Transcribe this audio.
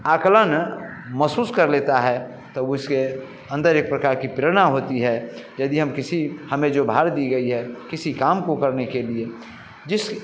आकलन महसूस कर लेता है तब उसे अन्दर एक प्रकार की प्रेरणा होती है यदि हम किसी हमें जो भार दी गई है किसी काम को करने के लिए जिस